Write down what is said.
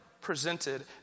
presented